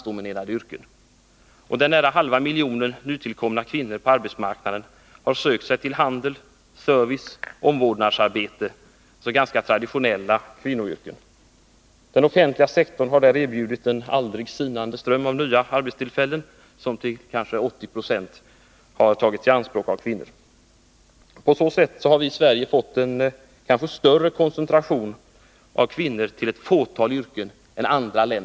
Den knappt halva miljonen nytillkomna kvinnor på arbetsmarknaden har sökt sig till handels-, serviceoch omvårdnadsyrken, alltså till ganska traditionella kvinnoyrken. Den offentliga sektorn har erbjudit en aldrig sinande ström av nya arbetstillfällen, vilka till kanske 80 0 tagits i anspråk av kvinnor. På så sätt har vi i Sverige fått en kanske större koncentration än vad fallet är i andra länder av kvinnor till ett fåtal yrken.